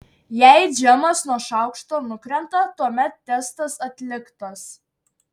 jei džemas nuo šaukšto nukrenta tuomet testas atliktas